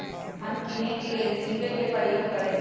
हम किने के लेल जीपे कें प्रयोग करइ छी